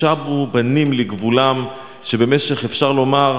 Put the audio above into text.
"ושבו בנים לגבולם", שבמשך, אפשר לומר,